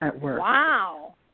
Wow